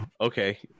okay